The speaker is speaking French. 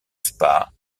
spa